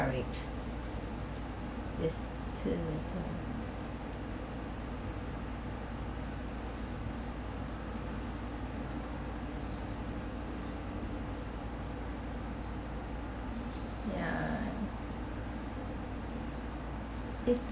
coverage is the ya is